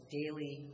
daily